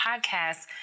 podcast